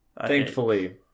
Thankfully